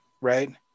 right